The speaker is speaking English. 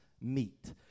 meet